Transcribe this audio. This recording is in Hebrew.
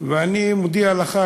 ואני מודיע לך,